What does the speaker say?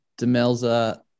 Demelza